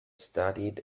studied